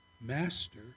master